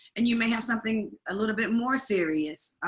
and you may have something a little bit more serious.